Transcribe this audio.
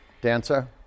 Dancer